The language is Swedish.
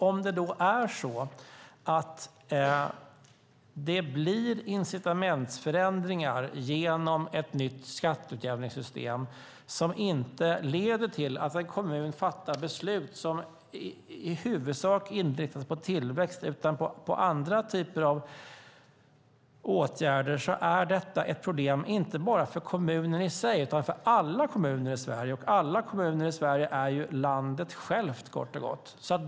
Om det blir incitamentsförändringar genom ett nytt skatteutjämningssystem som leder till att en kommun fattar beslut som i huvudsak inte inriktas på tillväxt utan på andra typer av åtgärder är det ett problem, inte bara för den kommunen utan för alla kommuner i Sverige. Alla kommuner i Sverige är ju landet självt.